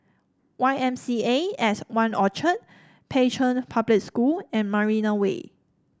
Y M C A At One Orchard Pei Chun Public School and Marina Way